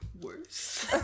worse